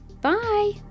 bye